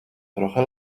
trochę